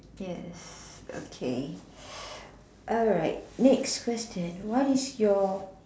yes okay alright next question what is your